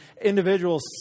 individuals